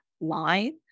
line